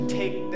take